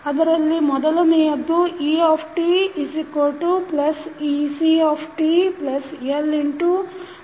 ಅದರಲ್ಲಿ ಮೊದಲನೆಯದ್ದು etectLditdtRit